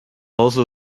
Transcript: also